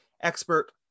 expert